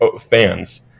fans